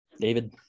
David